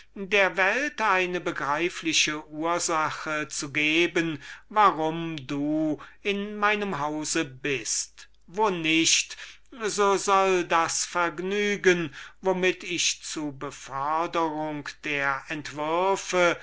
der welt eine begreifliche ursache zu geben warum du in meinem hause bist wo nicht so soll das vergnügen womit ich zu beförderung der entwürfe